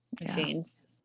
machines